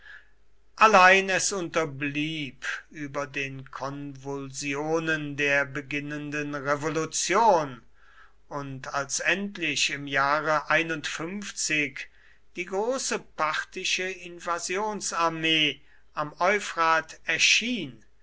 allein es unterblieb über den konvulsionen der beginnenden revolution und als endlich im jahre die große parthische invasionsarmee am euphrat erschien